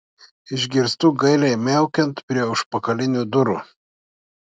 išgirstu gailiai miaukiant prie užpakalinių durų